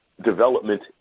development